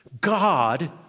God